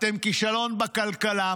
אתם כישלון בכלכלה,